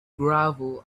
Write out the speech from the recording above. gravel